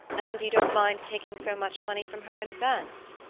and you don't mind taking so much money from her in advance?